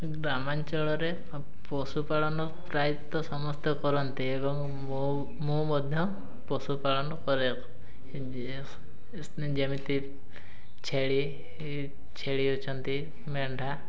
ଗ୍ରାମାଞ୍ଚଳରେ ପଶୁପାଳନ ପ୍ରାୟତଃ ସମସ୍ତେ କରନ୍ତି ଏବଂ ମୁଁ ମଧ୍ୟ ପଶୁପାଳନ କରେ ଯେମିତି ଛେଳି ଛେଳି ଅଛନ୍ତି ମେଣ୍ଢା